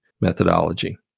methodology